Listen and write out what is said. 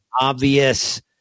obvious